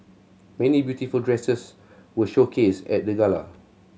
many beautiful dresses were showcased at the gala